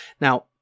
Now